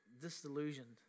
disillusioned